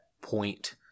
point